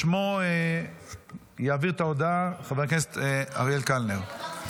בשמו יעביר את ההודעה חבר הכנסת אריאל קלנר.